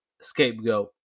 scapegoat